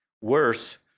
Worse